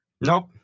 Nope